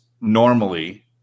normally